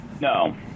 No